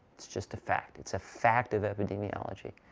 it's just a fact. it's a fact of epidemiology.